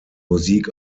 musik